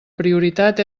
prioritat